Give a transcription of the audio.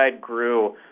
grew